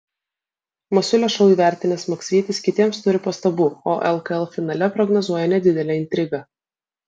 masiulio šou įvertinęs maksvytis kitiems turi pastabų o lkl finale prognozuoja nedidelę intrigą